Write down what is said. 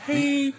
Hey